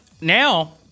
now